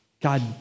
God